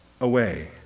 away